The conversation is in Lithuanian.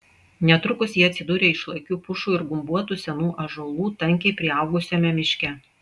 netrukus jie atsidūrė išlakių pušų ir gumbuotų senų ąžuolų tankiai priaugusiame miške